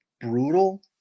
brutal